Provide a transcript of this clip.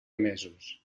mesos